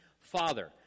Father